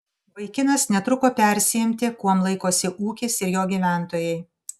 vaikinas netruko persiimti kuom laikosi ūkis ir jo gyventojai